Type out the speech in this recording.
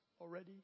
already